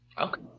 Okay